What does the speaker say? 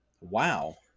wow